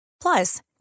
Plus